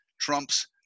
trumps